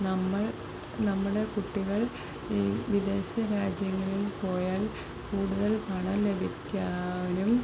നമ്മൾ നമ്മുടെ കുട്ടികൾ ഈ വിദേശ രാജ്യങ്ങളിൽ പോയാൽ കൂടുതൽ പണം ലഭിക്കാനും